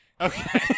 okay